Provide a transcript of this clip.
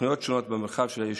ותוכניות שונות במרחב של היישוב.